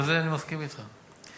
ובזה אני מסכים אתך,